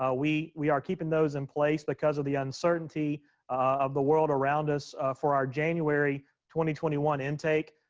ah we we are keeping those in place because of the uncertainty of the world around us for our january twenty twenty one intake.